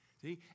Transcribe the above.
See